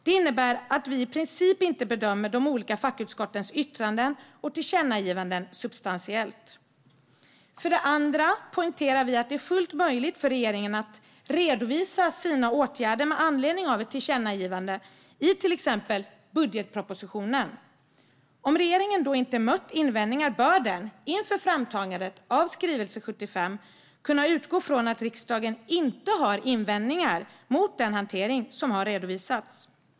Det innebär att vi i princip inte bedömer substansen i de olika fackutskottens yttranden och tillkännagivanden. För det andra poängterar vi att det är fullt möjligt för regeringen att redovisa sina åtgärder med anledning av ett tillkännagivande i till exempel budgetpropositionen. Om regeringen då inte möter invändningar bör den inför framtagandet av skrivelse 75 kunna utgå från att riksdagen inte har invändningar mot den hantering som redovisats.